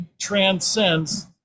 transcends